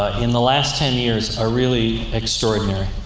in the last ten years, are really extraordinary